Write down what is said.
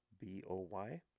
B-O-Y